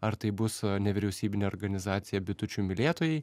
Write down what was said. ar tai bus nevyriausybinė organizacija bitučių mylėtojai